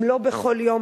אם לא בכל יום,